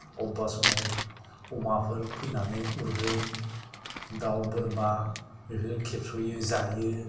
अबेबा समाव अमाफोर फैनानै उरगोन दाउ बोरमा बेफोरो खेबसयो जायो